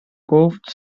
گفت